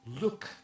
look